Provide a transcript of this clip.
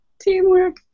Teamwork